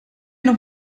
noch